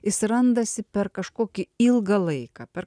jis randasi per kažkokį ilgą laiką per